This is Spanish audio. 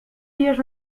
días